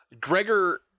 Gregor